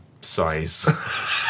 size